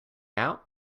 out